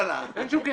אין שום קשר.